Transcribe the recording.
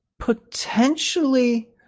potentially